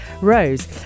rose